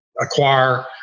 acquire